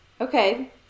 Okay